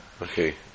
Okay